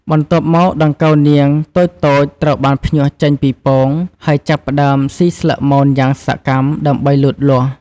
បន្ទាប់មក ដង្កូវនាងតូចៗត្រូវបានភ្ញាស់ចេញពីពង ហើយចាប់ផ្ដើមស៊ីស្លឹកមនយ៉ាងសកម្មដើម្បីលូតលាស់។